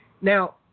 Now